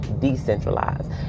decentralized